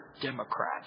Democrat